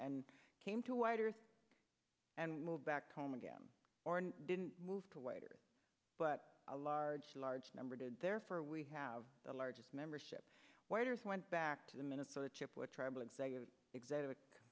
and came to a wider and moved back home again or didn't move to wait or but a large large number did therefore we have the largest membership waiter's went back to the minnesota chip